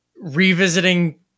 revisiting